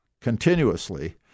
continuously